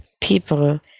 people